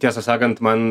tiesą sakant man